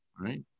right